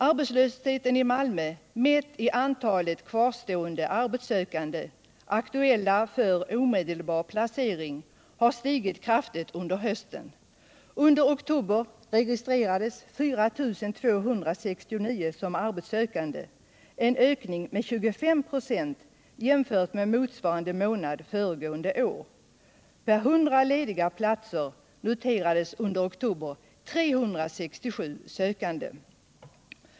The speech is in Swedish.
Arbetslösheten i Malmö, mätt i antalet kvarstående arbetssökande aktuella för omedelbar placering, har stigit kraftigt under hösten. Under oktober registrerades 4 269 personer som arbetssökande, en ökning med 25 96 jämfört med motsvarande månad föregående år. Per hundra lediga platser noterades under oktober 367 sökande.